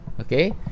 Okay